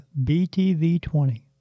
btv20